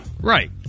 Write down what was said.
right